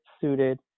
suited